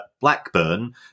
Blackburn